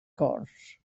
cors